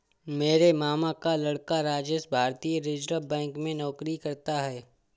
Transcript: मेरे मामा का लड़का राजेश भारतीय रिजर्व बैंक में नौकरी करता है